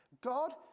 god